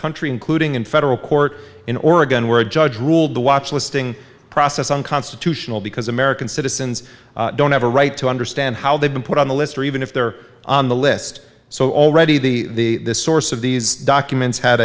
country including in federal court in oregon where a judge ruled the watch listing process unconstitutional because american citizens don't have a right to understand how they've been put on the list or even if they're on the list so already the source of these documents had